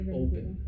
open